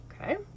okay